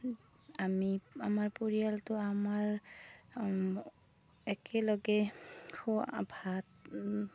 আমি আমাৰ পৰিয়ালটো আমাৰ একেলগে খোৱা ভাত